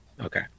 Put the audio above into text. Okay